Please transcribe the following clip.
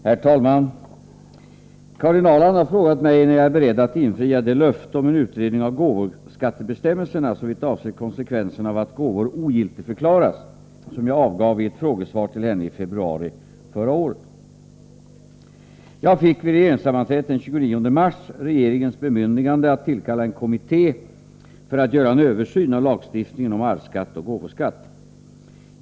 Herr talman! Karin Ahrland har frågat mig när jag är beredd att infria det löfte om en utredning av gåvoskattebestämmelserna såvitt avser konsekvenserna av att gåvor ogiltigförklaras som jag avgav i ett frågesvar till henne i februari förra året. Jag fick vid regeringssammanträdet den 29 mars regeringens bemyndigande att tillkalla en kommitté för att göra en översyn av lagstiftningen om arvsskatt och gåvoskatt.